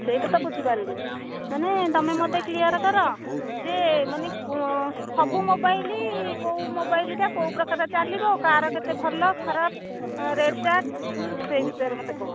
ସେହିଟା ତ ବୁଝିପାରିଲି ମାନେ ତୁମେ ମୋତେ କ୍ଲିୟର କର ଯେ ମାନେ ସବୁ ମୋବାଇଲ କେଉଁ ମୋବାଇଲଟା କେଉଁ ପ୍ରକାର ଚାଲିବ କାହାର କେତେ ଭଲ ଖରାପ ରେଟ ଚାର୍ଟ ସେହି ବିଷୟରେ ମୋତେ କୁହ